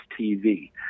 TV